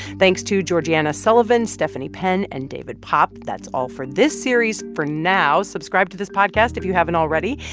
thanks to georgiana sullivan, stephanie penn and david pop. that's all for this series for now. subscribe to this podcast if you haven't already.